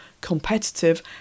Competitive